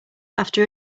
after